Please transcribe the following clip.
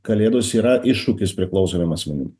kalėdos yra iššūkis priklausomiem asmenim